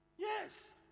Yes